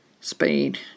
speed